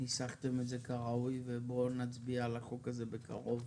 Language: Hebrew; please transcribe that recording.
ניסחתם את זה כראוי ובואו נצביע על החוק הזה בקרוב,